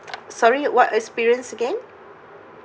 sorry what experience again